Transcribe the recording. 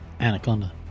Anaconda